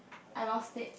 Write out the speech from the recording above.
I lost it